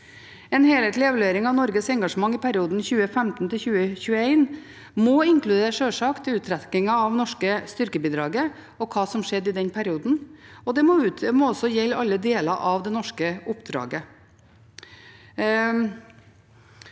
En helhetlig evaluering av Norges engasjement i perioden 2015–2021 må sjølsagt inkludere uttrekkingen av det norske styrkebidraget og hva som skjedde i den perioden, og det må også gjelde alle deler av det norske oppdraget.